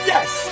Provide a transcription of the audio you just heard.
Yes